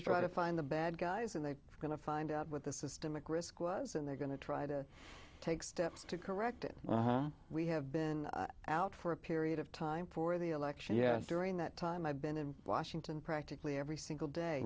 to try to find the bad guys and they are going to find out what the systemic risk was and they're going to try to take steps to correct it we have been out for a period of time for the election yet during that time i've been in washington practically every single day